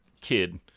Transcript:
kid